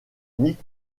nick